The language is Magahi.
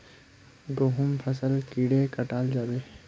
गहुम फसल कीड़े कटाल जाबे?